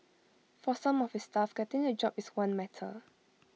for some of his staff getting A job is one matter